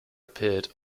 appeared